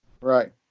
Right